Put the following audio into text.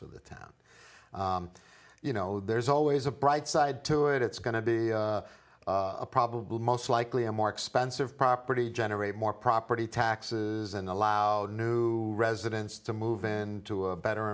for the town you know there's always a bright side to it it's going to be a probably most likely a more expensive property generate more property taxes and allow new residents to move in to a better